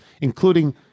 including